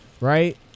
right